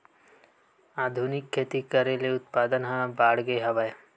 आधुनिक खेती करे ले उत्पादन ह बाड़गे हवय